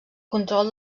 control